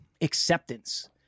acceptance